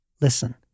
listen